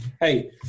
Hey